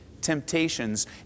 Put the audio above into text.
temptations